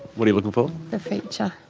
what are you looking for? the feature.